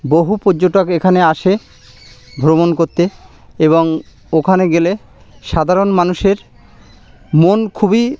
বহু পর্যটক এখানে আসে ভ্রমণ করতে এবং ওখানে গেলে সাধারণ মানুষের মন খুবই